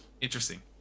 Interesting